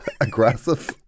aggressive